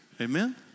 Amen